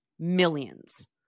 Millions